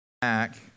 back